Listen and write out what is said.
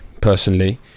personally